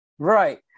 Right